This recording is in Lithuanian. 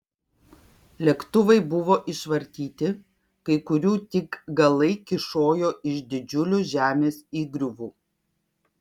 lėktuvai buvo išvartyti kai kurių tik galai kyšojo iš didžiulių žemės įgriuvų